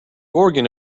organ